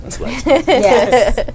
Yes